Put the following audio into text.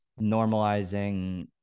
normalizing